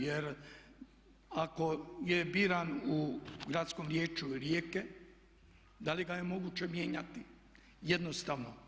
Jer ako je biran u Gradskom vijeću Rijeke da li ga je moguće mijenjati jednostavno?